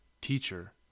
teacher